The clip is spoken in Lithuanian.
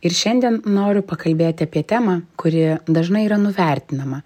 ir šiandien noriu pakalbėti apie temą kuri dažnai yra nuvertinama